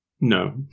no